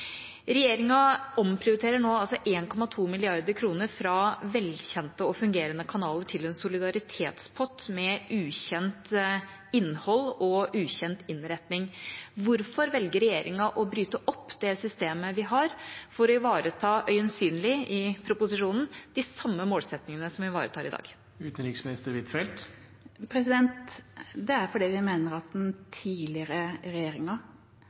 Regjeringa omprioriterer nå altså 1,2 mrd. kr fra velkjente og fungerende kanaler til en solidaritetspott med ukjent innhold og ukjent innretning. Hvorfor velger regjeringa å bryte opp det systemet vi har, for å ivareta – øyensynlig, i proposisjonen – de samme målsetningene som vi ivaretar i dag? Det er fordi vi mener at den tidligere regjeringa